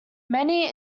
many